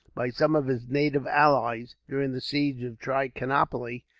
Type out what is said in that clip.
by some of his native allies, during the siege of trichinopoli,